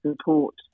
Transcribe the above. support